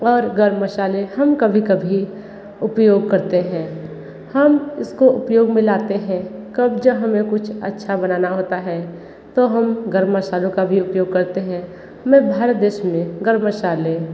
और गर्म मसाले हम कभी कभी उपयोग करते हैं हम इसको उपयोग में लाते हैं कब जब हमें कुछ अच्छा बनाना होता है तो हम गर्म मसालों का भी उपयोग करते हैं मैं भारत देश में गर्म मसाले